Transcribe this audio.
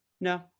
No